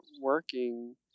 working